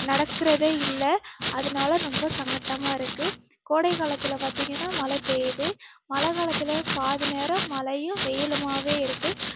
நடக்கிறதே இல்லை அதனால ரொம்ப சங்கடமா இருக்கு கோடை காலத்தில் பார்த்திங்கனா மழை பெய்யுது மழை காலத்தில் பாதி நேரம் மழையும் வெயிலுமாகவே இருக்கு